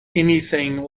anything